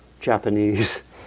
Japanese